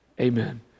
amen